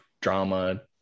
drama